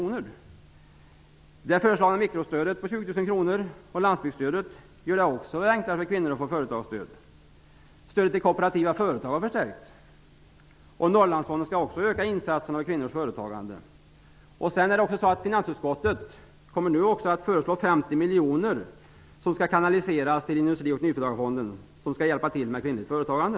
Vi har det föreslagna mikrostödet på 20 000 kr och landsbygdsstödet, vilket också gör det enklare för kvinnor att få företagsstöd. Stödet till kooperativa företag har förstärkts. Norrlandsfonden skall också öka insatserna för kvinnors företagande. Finansutskottet kommer också att föreslå att 50 miljoner kanaliseras till industri och nyföretagarfonden som skall hjälpa till med kvinnligt företagande.